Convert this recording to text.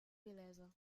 vilesa